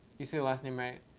you say the last name right.